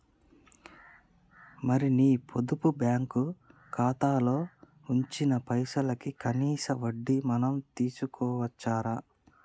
మరి నీ పొదుపు బ్యాంకు ఖాతాలో ఉంచిన పైసలకి కనీస వడ్డీ మనం తీసుకోవచ్చు రా